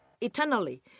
eternally